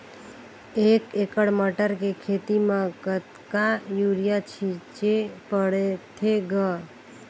एक एकड़ मटर के खेती म कतका युरिया छीचे पढ़थे ग?